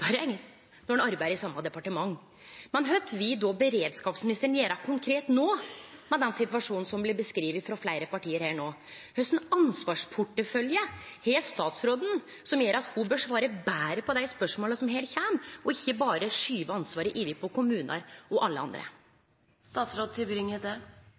eg når ein arbeider i same departement, men kva vil beredskapsministeren gjere konkret no med den situasjonen som blir beskrive frå fleire parti her no? Kva for ansvarsportefølje har statsråden som gjer at ho bør svare betre på dei spørsmåla som her kjem, og ikkje berre skyve ansvaret over på kommunar og alle